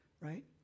right